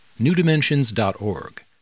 newdimensions.org